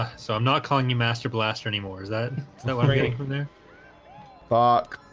so i'm not calling you master blaster anymore is that it's no wonder yeah they're baack